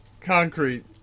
Concrete